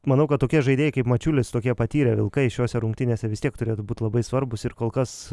manau kad tokie žaidėjai kaip mačiulis tokie patyrę vilkai šiose rungtynėse vis tiek turėtų būt labai svarbūs ir kol kas